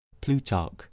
Plutarch